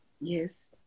Yes